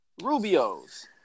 Rubios